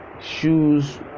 Shoes